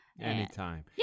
Anytime